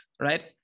right